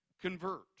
convert